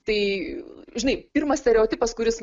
tai žinai pirmas stereotipas kuris